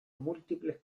múltiples